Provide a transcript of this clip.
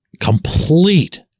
complete